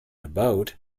about